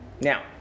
Now